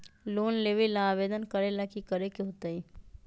Loan लेबे ला आवेदन करे ला कि करे के होतइ?